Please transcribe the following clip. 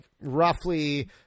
roughly